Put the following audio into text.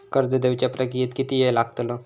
कर्ज देवच्या प्रक्रियेत किती येळ लागतलो?